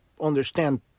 Understand